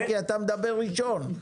כי אתה מדבר ראשון.